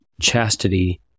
chastity